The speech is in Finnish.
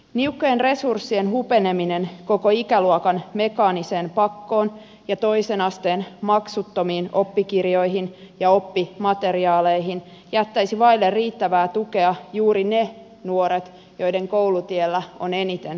niukkojen resurssien hupeneminen koko ikäluokan mekaaniseen pakkoon ja toisen asteen maksuttomiin oppikirjoihin ja oppimateriaaleihin jättäisi vaille riittävää tukea juuri ne nuoret joiden koulutiellä on eniten kiviä